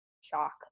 shock